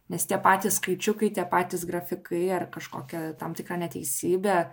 nes tie patys skaičiukai tie patys grafikai ar kažkokia tam tikra neteisybė